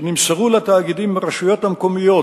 שנמסרו לתאגידים מהרשויות המקומיות